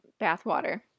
bathwater